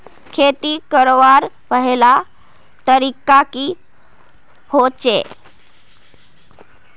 खेती करवार पहला तरीका की होचए?